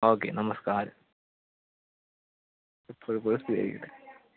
okay നമസ്കാരം എപ്പോഴും എപ്പോഴും സ്തുതി ആയിരിക്കട്ടെ